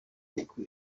kuko